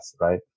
right